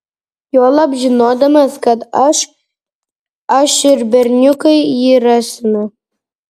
juolab žinodamas kad aš aš ir berniukai jį rasime